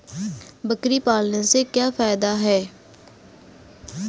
बकरी पालने से क्या फायदा है?